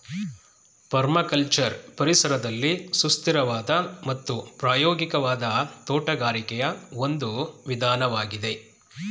permaculture ಪರಿಸರದಲ್ಲಿ ಸುಸ್ಥಿರವಾದ ಮತ್ತು ಪ್ರಾಯೋಗಿಕವಾದ ತೋಟಗಾರಿಕೆಯ ಒಂದು ವಿಧಾನವಾಗಿದೆ